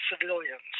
civilians